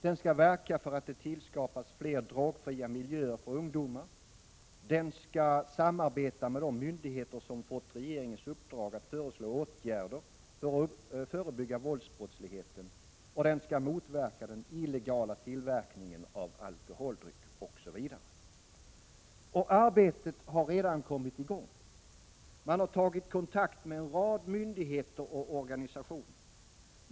Den skall verka för att det tillskapas fler drogfria miljöer för ungdomar. Den skall samarbeta med de myndigheter som fått regeringens uppdrag att föreslå åtgärder för att förebygga våldsbrottsligheten. Den skall motverka den illegala tillverkningen av alkoholdrycker osv. Och arbetet har redan kommit i gång. Man har tagit kontakt med en rad myndigheter och organisationer.